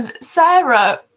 Sarah